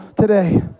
today